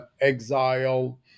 exile